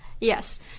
Yes